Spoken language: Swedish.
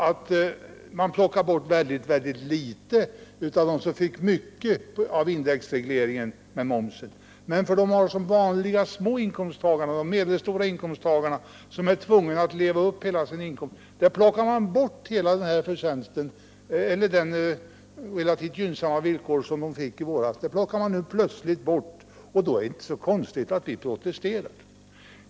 Och genom momshöjningen tar man väldigt litet från dem som fick mycket genom indexregleringen och införandet av en marginalskattespärr. Men för de vanliga små och medelstora inkomsttagarna, som är tvungna att leva upp hela sin inkomst, plockar man nu bort de relativt gynnsamma villkor de uppnådde i våras. Då är det inte så konstigt att vi protesterar.